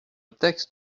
texte